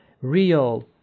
real